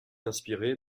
inspirés